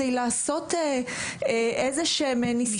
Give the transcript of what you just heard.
בדקה.